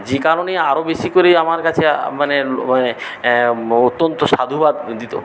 যে কারণে আরও বেশী করে আমার কাছে মানে অত্যন্ত সাধুবাদ দিত